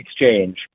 Exchange